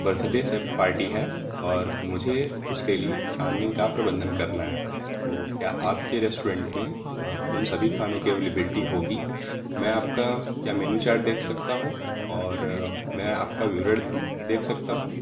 birthday party है और मुझे उसके लिए खाने का प्रबंधन करना है तो क्या आपके रेस्टोरेंट में उन सभी खानों की अवैलिबिल्टी होगी मैं आपका क्या मेन्यू चार्ट देख सकता हूँ और मैं आपका विवरण देख सकता हूँ